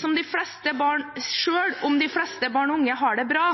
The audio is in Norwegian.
om de fleste barn og unge har det bra,